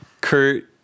kurt